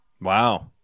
wow